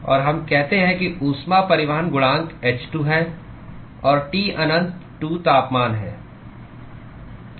और हम कहते हैं कि ऊष्मा परिवहन गुणांक h2 है और T अनंत 2 तापमान हैं